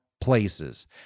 places